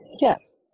yes